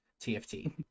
TFT